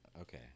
Okay